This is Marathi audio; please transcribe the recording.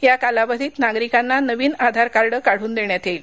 या कालावधीत नागरिकांना नवीन आधारकार्ड काढून देण्यात येईल